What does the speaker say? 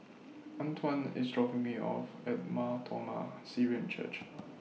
Antwan IS dropping Me off At Mar Thoma Syrian Church